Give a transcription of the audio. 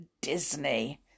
Disney